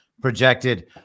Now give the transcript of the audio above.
projected